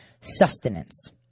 sustenance